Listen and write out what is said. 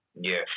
Yes